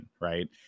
right